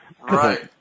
Right